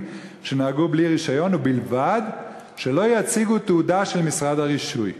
שנהגו בלי רישיון ובלבד שלא יציגו תעודה של משרד הרישוי,